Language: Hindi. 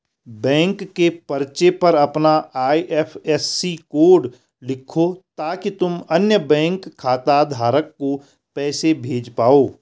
बैंक के पर्चे पर अपना आई.एफ.एस.सी कोड लिखो ताकि तुम अन्य बैंक खाता धारक को पैसे भेज पाओ